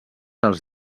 als